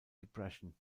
depression